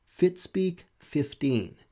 Fitspeak15